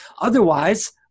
Otherwise